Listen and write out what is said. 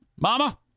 mama